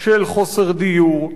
של חוסר דיור,